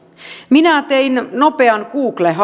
minä tein nopean